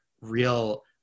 real